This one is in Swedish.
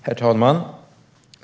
Herr talman!